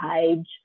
age